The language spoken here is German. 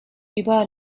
über